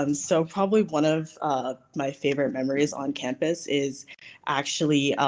um so probably one of my favorite memories on campus is actually